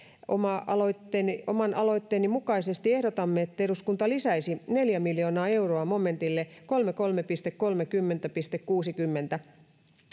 oman aloitteeni oman aloitteeni mukaisesti ehdotamme että eduskunta lisäisi neljä miljoonaa euroa momentille kolmekymmentäkolme kolmekymmentä kuusikymmentä